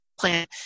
plan